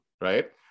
right